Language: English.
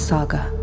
Saga